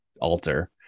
alter